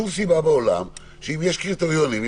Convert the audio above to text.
שום סיבה בעולם אם יש קריטריונים.